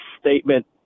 statement